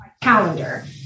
calendar